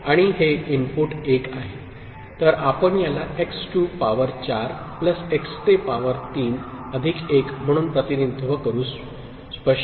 तर आपण याला x to power 4 plus x ते पावर 3 अधिक 1 म्हणून प्रतिनिधित्व करू स्पष्ट